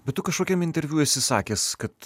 bet tu kažkokiam interviu esi sakęs kad